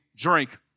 Drink